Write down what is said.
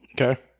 Okay